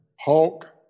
Hulk